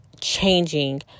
changing